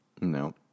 No